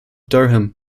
durham